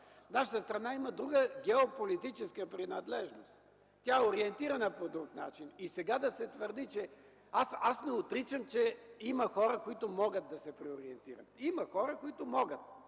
нашата страна има друга геополитическа принадлежност, тя е ориентирана по друг начин. Аз не отричам, че има хора, които могат да се преориентират. Има хора, които могат,